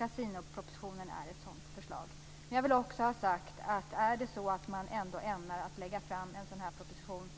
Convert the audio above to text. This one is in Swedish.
Kasinopropositionen är ett sånt förslag. Jag vill också ha sagt att om det är så att regeringen ändå ämnar lägga fram en sådan proposition